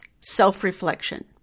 self-reflection